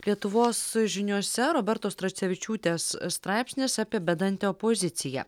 lietuvos žiniose robertos tracevičiūtės straipsnis apie bedantę opoziciją